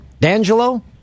D'Angelo